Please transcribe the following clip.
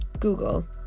Google